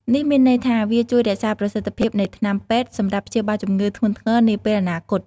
នេះមានន័យថា វាជួយរក្សាប្រសិទ្ធភាពនៃថ្នាំពេទ្យសម្រាប់ព្យាបាលជំងឺធ្ងន់ធ្ងរនាពេលអនាគត។